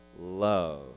love